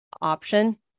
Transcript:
option